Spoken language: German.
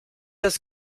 das